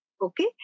Okay